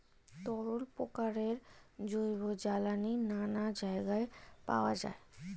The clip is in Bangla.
তরল প্রকারের জৈব জ্বালানি নানা জায়গায় পাওয়া যায়